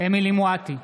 אמילי חיה מואטי,